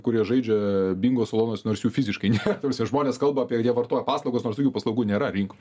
kurie žaidžia bingo salonuos nors jų fiziškai nėra ta prasme žmonės kalba apie jie vartoja paslaugas nors jų paslaugų nėra rinkoj